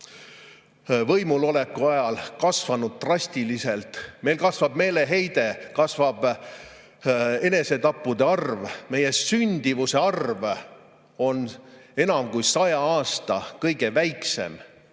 võimul oleku ajal kasvanud drastiliselt. Meil kasvab meeleheide, meil kasvab enesetappude arv, meie sündimus on enam kui saja aasta kõige väiksem.